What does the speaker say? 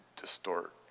distort